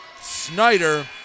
Snyder